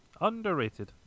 Underrated